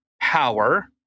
power